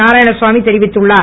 நாராயணசாமி தெரிவித்துள்ளார்